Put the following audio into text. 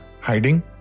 hiding